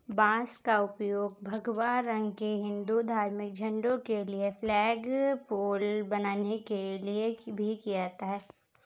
बांस का उपयोग भगवा रंग के हिंदू धार्मिक झंडों के लिए फ्लैगपोल बनाने के लिए भी किया जाता है